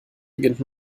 beginnt